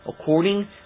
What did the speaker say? according